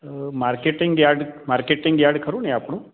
marketing yard marketing yard ખરુને આપડું